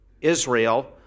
Israel